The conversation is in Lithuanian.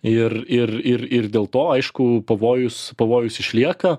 ir ir ir ir dėl to aišku pavojus pavojus išlieka